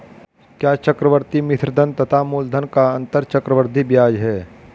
क्या चक्रवर्ती मिश्रधन तथा मूलधन का अंतर चक्रवृद्धि ब्याज है?